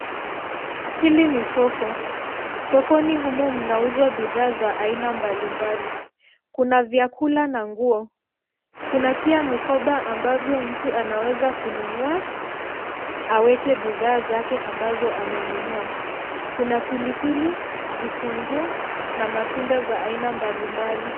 Hili ni soko. Sokoni humo mnauzwa bidhaa za aina mbalimbali. Kuna vyakula na nguo, kuna pia mikoba ambavyo mtu anaweza kununua aweke bidhaa zake ambazo amenunua. Kuna pilipili, vitunguu na matunda za aina mbalimbali.